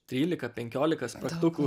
trylika penkiolika spragtukų